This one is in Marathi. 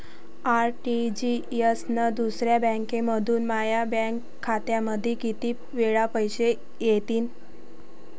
आर.टी.जी.एस न दुसऱ्या बँकेमंधून माया बँक खात्यामंधी कितीक वेळातं पैसे येतीनं?